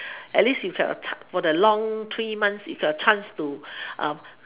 at least you have a for the long three months you have a chance to